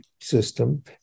system